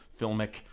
Filmic